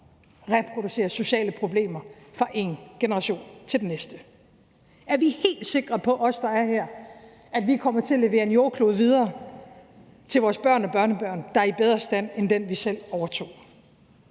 reproducerer sociale problemer fra én generation til den næste? Er vi helt sikre på – os, der er her – at vi kommer til at levere en jordklode videre til vores børn og børnebørn, der er i bedre stand end den, vi selv overtog?